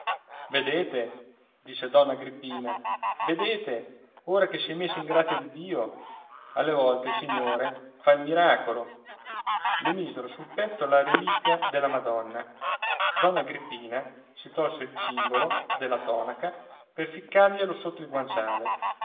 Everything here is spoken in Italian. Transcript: vedete disse donna agrippina vedete ora che si è messa in grazia di dio alle volte il signore fa il miracolo le misero sul petto la reliquia della madonna donna agrippina si tolse il cingolo della tonaca per ficcarglielo sotto il guanciale